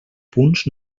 punts